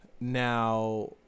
Now